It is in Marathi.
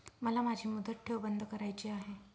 मला माझी मुदत ठेव बंद करायची आहे